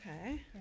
Okay